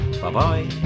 Bye-bye